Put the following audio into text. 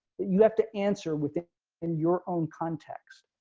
that you have to answer within and your own context.